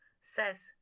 says